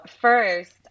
first